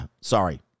sorry